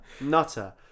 nutter